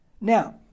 Now